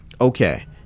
Okay